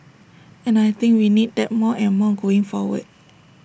and I think we need that more and more going forward